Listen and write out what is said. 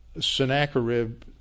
Sennacherib